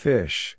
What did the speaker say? Fish